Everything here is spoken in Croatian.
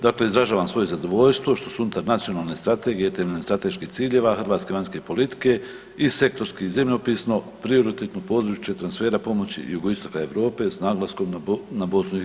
Dakle, izražavam svoje zadovoljstvo što su unutarnacionalne strategije temeljem strateških ciljeva hrvatske vanjske politike i sektorski i zemljopisno prioritetno područje transfera pomoći Jugoistoka Europe s naglaskom na BiH.